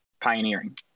pioneering